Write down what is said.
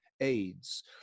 AIDS